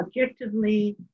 objectively